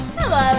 hello